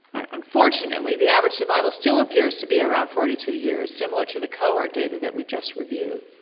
unfortunately, the average survival still appears to be around forty two years, similar to the cohort data that we just reviewed.